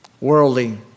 Worldly